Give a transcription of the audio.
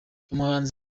umuhanzi